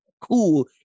cool